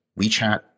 WeChat